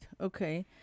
Okay